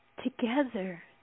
Together